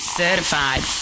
certified